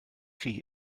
chi